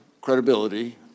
credibility